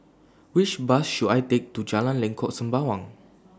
Which Bus should I Take to Jalan Lengkok Sembawang